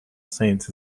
saints